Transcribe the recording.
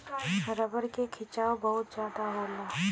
rubber में खिंचाव बहुत जादा होला